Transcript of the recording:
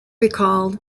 recalled